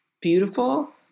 beautiful